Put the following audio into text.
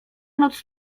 noc